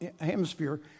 hemisphere